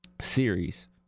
series